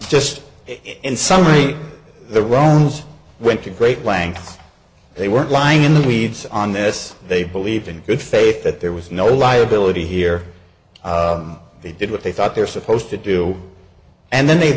just in summary the romans went to great lengths they were lying in the weeds on this they believed in good faith that there was no liability here they did what they thought they're supposed to do and then they